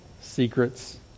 secrets